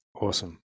awesome